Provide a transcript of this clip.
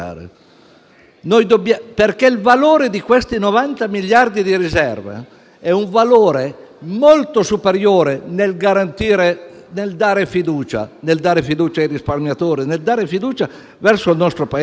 perché il valore di questi 90 miliardi di riserva è un valore molto superiore nel dare fiducia ai risparmiatori, nel dare